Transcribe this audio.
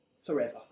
forever